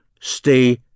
stay